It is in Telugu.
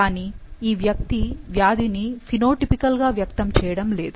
కానీ ఈ వ్యక్తి వ్యాధిని ఫినోటిపికల్ గా వ్యక్తం చేయడం లేదు